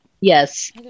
Yes